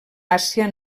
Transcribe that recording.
àsia